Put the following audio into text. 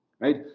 right